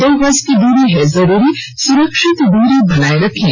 दो गज की दूरी है जरूरी सुरक्षित दूरी बनाए रखें